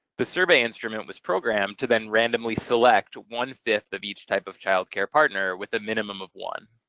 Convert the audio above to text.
the survey instrument was programmed to then randomly select one-fifth of each type of child care partner with a minimum of one.